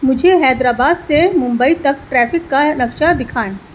مجھے حیدرآباد سے ممبئی تک ٹریفک کا نقشہ دکھائیں